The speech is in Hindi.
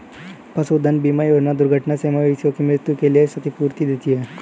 पशुधन बीमा योजना दुर्घटना से मवेशियों की मृत्यु के लिए क्षतिपूर्ति देती है